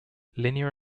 linear